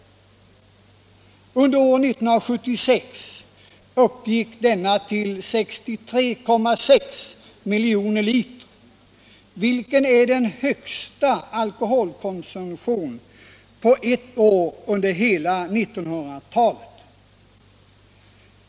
Under år 1976 uppgick denna till 63,6 miljoner liter, vilket är den högsta alkoholkonsumtionen på ett år under hela 1900-talet.